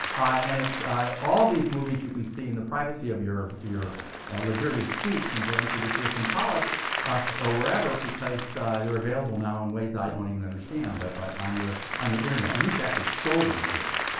and all of these movies you can see in the privacy of your your luxurious suites in branford or pierson college or wherever, because they're available now in ways i don't even understand, but but on your on your internet. we used to actually show them here.